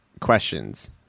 questions